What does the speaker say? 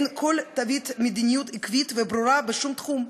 אין כל תווית מדיניות עקבית וברורה בשום תחום,